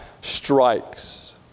strikes